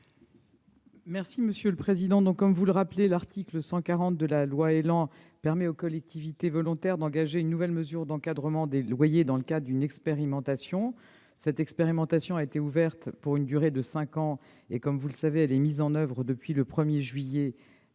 est à Mme la ministre. Comme vous le rappelez, l'article 140 de la loi ÉLAN permet aux collectivités volontaires d'engager une nouvelle mesure d'encadrement des loyers dans le cadre d'une expérimentation. Celle-ci a été ouverte pour une durée de cinq ans. Comme vous le savez, elle est mise en oeuvre depuis le 1 juillet